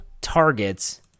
targets